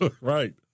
Right